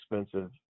expensive